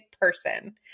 person